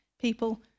people